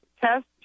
test